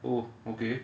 oh okay